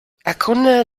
erkunde